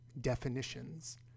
definitions